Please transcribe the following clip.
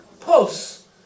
pulse